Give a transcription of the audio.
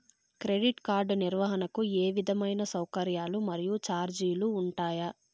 Credit card నిర్వహణకు ఏ విధమైన సౌకర్యాలు మరియు చార్జీలు ఉంటాయా?